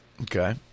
Okay